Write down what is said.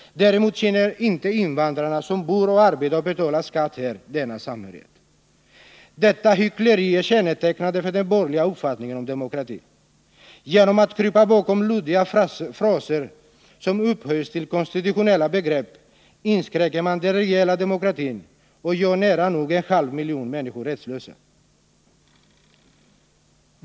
Däremot känner inte invandrarna som bor, arbetar och betalar skatt här denna samhörighet. Detta hyckleri är kännetecknande för den borgerliga uppfattningen om demokrati. Genom att krypa bakom luddiga fraser som upphöjts till konstitutionella begrepp inskränker man den reella demokratin och gör nära nog en halv miljon människor rättslösa.